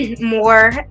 more